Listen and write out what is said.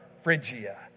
phrygia